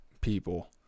people